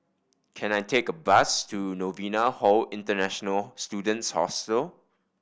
can I take a bus to Novena Hall International Students Hostel